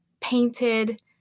painted